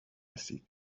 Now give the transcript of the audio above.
رسید